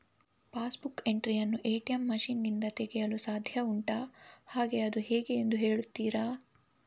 Pass book entry ಯನ್ನು ATM machine ನಿಂದ ತೆಗೆಯಲು ಸಾಧ್ಯ ಉಂಟಾ ಹಾಗೆ ಅದು ಹೇಗೆ ಎಂದು ಹೇಳುತ್ತೀರಾ?